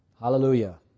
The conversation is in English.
Hallelujah